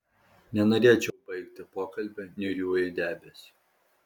nenorėčiau baigti pokalbio niūriuoju debesiu